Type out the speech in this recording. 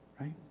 Right